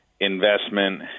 investment